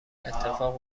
اتفاق